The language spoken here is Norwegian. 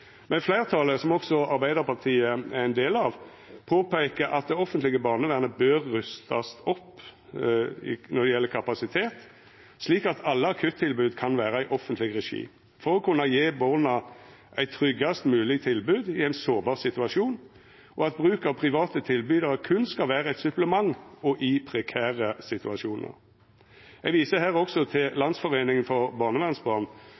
men fleirtalet, som også Arbeidarpartiet er ein del av, påpeikar at det offentlege barnevernet bør rustast opp når det gjeld kapasitet, slik at alle akuttilbod kan vera i offentleg regi, for å kunna gje barna eit tryggast mogleg tilbod i ein sårbar situasjon, og at bruk av private tilbydarar berre skal vera eit supplement og brukast i prekære situasjonar. Eg viser her også til Landsforeningen for barnevernsbarn,